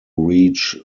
reach